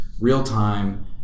real-time